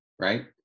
right